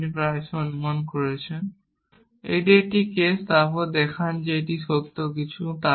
যা আপনি প্রায়শই অনুমান করেছেন যে এটি একটি কেস তারপর দেখান যে এই সত্যে কিছু